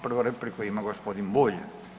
Prvu repliku ima gospodin Bulj.